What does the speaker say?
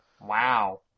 Wow